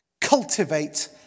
Cultivate